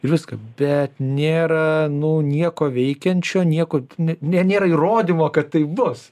ir viską bet nėra nu nieko veikiančio nieko ne ne nėra įrodymo kad tai bus